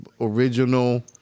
original